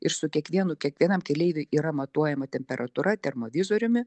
ir su kiekvienu kiekvienam keleiviui yra matuojama temperatūra termovizoriumi